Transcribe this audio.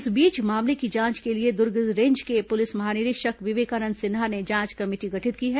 इस बीच मामले की जांच के लिए दुर्ग रेंज के पुलिस महानिरीक्षक विवेकानंद सिन्हा ने जांच कमेटी गठित की है